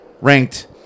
ranked